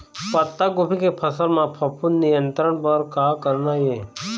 पत्तागोभी के फसल म फफूंद नियंत्रण बर का करना ये?